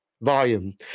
volume